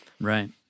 Right